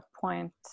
point